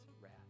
wrath